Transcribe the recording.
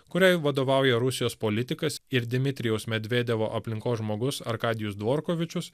kuriai vadovauja rusijos politikas ir dmitrijaus medvedevo aplinkos žmogus arkadijus dvorkovičius